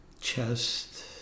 chest